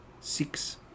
six